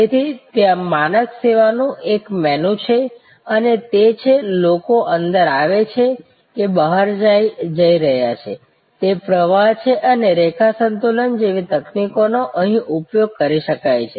તેથી ત્યાં માનક સેવાઓનું એક મેનૂ છે અને તે છે લોકો અંદર આવે છે કે બહાર જઈ રહ્યા છે તે પ્રવાહ છે અને રેખા સંતુલન જેવી તકનીકોનો અહીં ઉપયોગ કરી શકાય છે